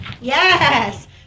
yes